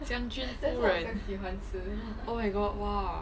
将军夫人 oh my god !wah!